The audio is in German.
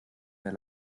mehr